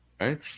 right